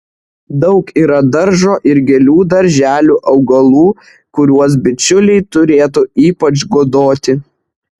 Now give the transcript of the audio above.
daug yra daržo ir gėlių darželių augalų kuriuos bičiuliai turėtų ypač godoti